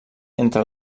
entre